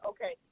Okay